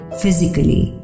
physically